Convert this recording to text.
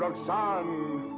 roxane!